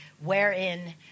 wherein